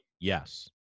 Yes